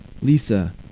Lisa